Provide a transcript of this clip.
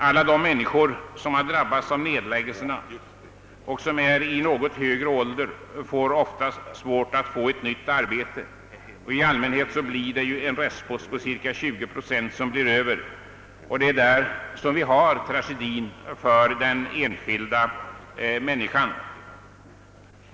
Alla de människor som drabbas av nedläggningarna och som befinner sig i något högre ålder får oftast svårt att få nytt arbete. I allmänhet blir det en restpost på ca 20 procent som blir över. Det är där vi har tragedin för den enskilda människan.